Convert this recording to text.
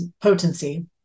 potency